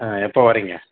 எப்போ வரீங்க